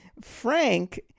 Frank